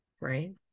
right